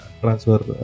transfer